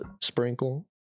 sprinkle